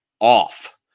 off